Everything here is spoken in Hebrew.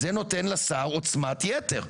זה נותן לשר עוצמת יתר.